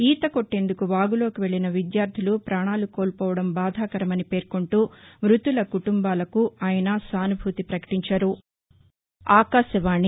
ఈత కొట్టేందుకు వాగులోకి వెళ్లిన విద్యార్దలు ప్రాణాలు కోల్పోవటం బాధాకరమని పేర్కొంటూ మృతుల కుటుంబాలకు ఆయన సానుభూతి పకటించారు